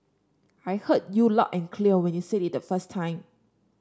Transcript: I heard you loud and clear when you said it the first time